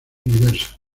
universo